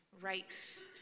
right